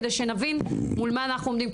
כדי שנבין מול מה אנחנו עומדים,